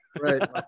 Right